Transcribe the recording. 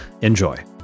Enjoy